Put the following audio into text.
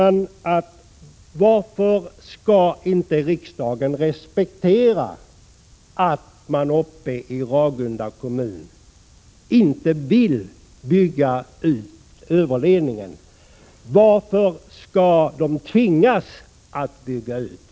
Man undrar: Varför skall inte riksdagen respektera att man uppe i Ragunda kommun inte vill bygga ut överledningen? Varför skulle Ragunda tvingas att bygga ut?